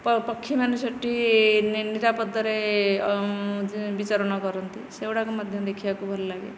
ତ ପକ୍ଷୀମାନେ ସେଇଠି ନିରାପଦରେ ବିଚରଣ କରନ୍ତି ସେଗୁଡ଼ାକ ମଧ୍ୟ ଦେଖିବାକୁ ଭଲଲାଗେ